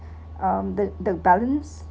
um the the balance